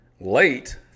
late